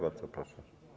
Bardzo proszę.